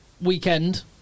weekend